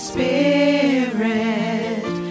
Spirit